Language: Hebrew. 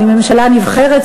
אבל היא ממשלה נבחרת,